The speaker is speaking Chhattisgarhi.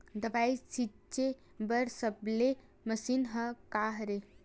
दवाई छिंचे बर सबले मशीन का हरे?